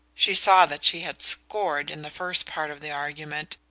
she saw that she had scored in the first part of the argument,